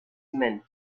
meant